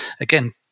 Again